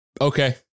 Okay